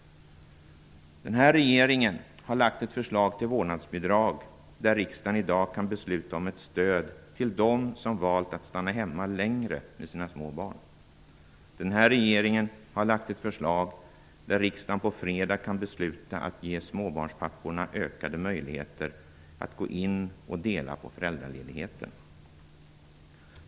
Den här regeringen har lagt fram ett förslag till vårdnadsbidrag. Riksdagen kan i dag besluta om ett stöd till dem som valt att stanna hemma längre med sina små barn. Den här regeringen har lagt fram ett förslag som riksdagen på fredag kan besluta om -- att ge småbarnspapporna ökade möjligheter att gå in och dela på föräldraledigheten.